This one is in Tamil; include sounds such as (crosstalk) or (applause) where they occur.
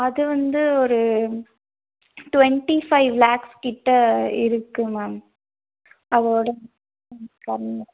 அது வந்து ஒரு ட்வெண்ட்டி ஃபைவ் லாக்ஸ் கிட்ட இருக்கும் மேம் அதோட (unintelligible)